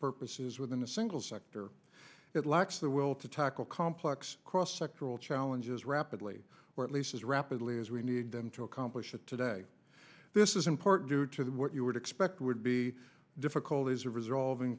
purposes within a single sector it lacks the will to tackle complex cross sectoral challenges rapidly or at least as rapidly as we need them to accomplish it today this is in part due to that what you would expect would be difficulties of resolving